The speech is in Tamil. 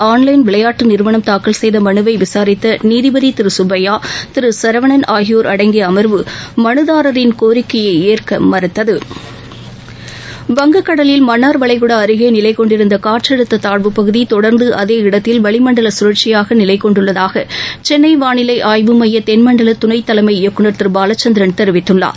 ஆன்லைன் விளையாட்டு நிறுவனம் தாக்கல் செய்த மனுவை விசாரித்த நீதிபதி திரு சுப்பையா திரு சரவணன் ஆகியோர் அடங்கிய அமர்வு மனுதாரரின் கோரிக்கையை ஏற்க மறுத்தது வங்கக் கடலில் மன்னார் வளைகுடா அருகே நிலைக்கொண்டிருந்த காற்றழுத்த தாழ்வுப்பகுதி தொடர்ந்து அதே இடத்தில் வளிமண்டல கழற்சியாக நிலைகொண்டுள்ளதாக சென்னை வாளிலை ஆய்வு னமய தென்மண்டல துணைத் தலைமை இயக்குநர் திரு பாலச்சந்திரன் தெரிவித்துள்ளார்